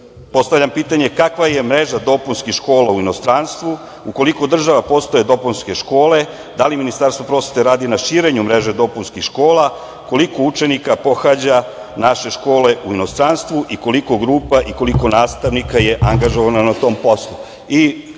postavljam pitanje kakva je mreža dopunskih škola u inostranstvu, u koliko država postoje dopunske škole, da li Ministarstvo prosvete radi na širenju mreže dopunskih škola, koliko učenika pohađa naše škole u inostranstvu i koliko grupa i koliko nastavnika je angažovano na tom poslu. Hteo